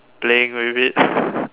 playing with it